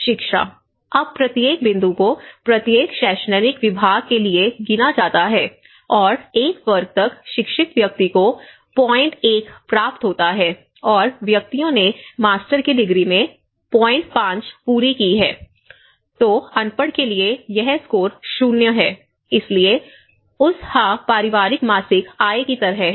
शिक्षा अब प्रत्येक बिंदु को प्रत्येक शैक्षणिक वर्ग के लिए गिना जाता है और एक वर्ग तक शिक्षित व्यक्ति को 01 प्राप्त होता है और व्यक्तियों ने मास्टर की डिग्री 050 पूरी की है तो अनपढ़ के लिए यह स्कोर 0 है इसलिए उस हा परिवारिक मासिक आय की तरह है